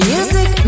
Music